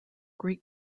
greek